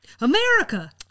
America